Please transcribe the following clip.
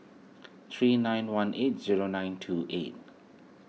three nine one eight zero nine two eight